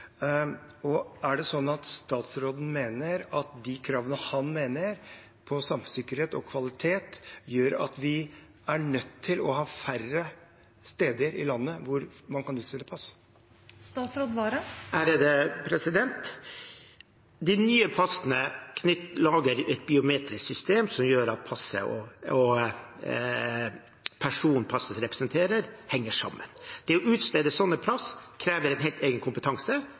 Og er det sånn at statsråden mener at kravene til samfunnssikkerhet og kvalitet gjør at vi er nødt til å ha færre steder i landet hvor man kan utstede pass? De nye passene lages ved et biometrisk system som gjør at passet og personen passet representerer, henger sammen. Det å utstede sånne pass krever en helt egen kompetanse,